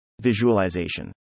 Visualization